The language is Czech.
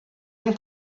jim